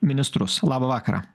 ministrus labą vakarą